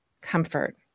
comfort